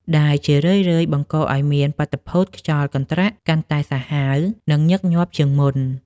ដែលជារឿយៗបង្កឱ្យមានបាតុភូតខ្យល់កន្ត្រាក់កាន់តែសាហាវ និងញឹកញាប់ជាងមុន។